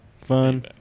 Fun